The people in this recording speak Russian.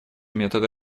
методы